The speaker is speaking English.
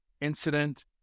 incident